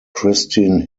kristin